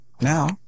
now